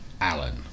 Alan